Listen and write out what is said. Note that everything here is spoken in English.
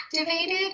activated